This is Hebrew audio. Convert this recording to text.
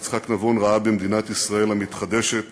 יצחק נבון ראה במדינת ישראל המתחדשת